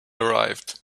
arrived